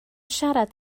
siarad